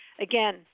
Again